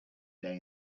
day